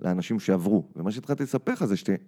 לאנשים שעברו, ומה שהתחלתי לספר לך זה שתה...